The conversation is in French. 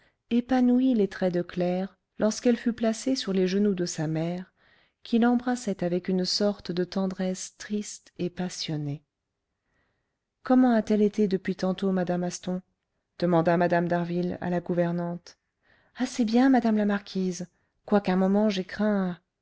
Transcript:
épanouit les traits de claire lorsqu'elle fut placée sur les genoux de sa mère qui l'embrassait avec une sorte de tendresse triste et passionnée comment a-t-elle été depuis tantôt madame asthon demanda mme d'harville à la gouvernante assez bien madame la marquise quoiqu'un moment j'aie craint